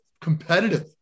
competitive